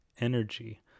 energy